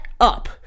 up